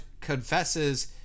confesses